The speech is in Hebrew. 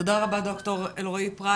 ד"ר אלרעי פרייס.